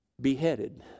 beheaded